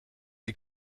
die